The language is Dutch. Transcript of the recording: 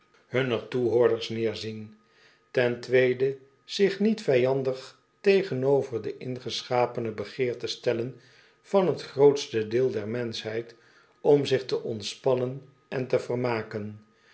toehoorders neerzien ten tweede zich niet vijandig tegenover de ingeschapene begeerte stellen van t grootste deel der mensohheid om zich te ontspannen en te vermaken